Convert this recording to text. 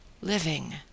Living